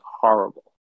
horrible